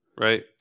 Right